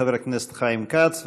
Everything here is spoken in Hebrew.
חבר הכנסת חיים כץ,